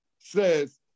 says